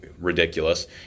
ridiculous